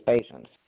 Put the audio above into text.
patients